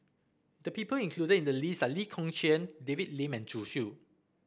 the people included in the list are Lee Kong Chian David Lim and Zhu Xu